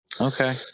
okay